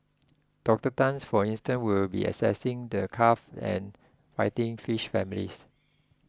Doctor Tan for instance will be assessing the carp and fighting fish families